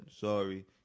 Sorry